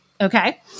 okay